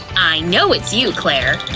i know it's you, claire!